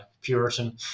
Puritan